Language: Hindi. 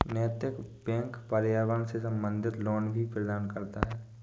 नैतिक बैंक पर्यावरण से संबंधित लोन भी प्रदान करता है